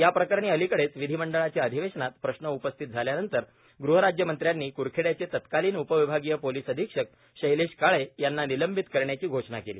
या प्रकरणी अलिकडेच विधिमंडळाच्या अधिवेशनात प्रश्न उपस्थित झाल्यानंतर गहराज्यमंत्र्यांनी करखेड्याचे तत्कालिन उपविभागीय पोलिस अधीक्षक शैलेश काळे यांना निलंबित करण्याची घोषणा केली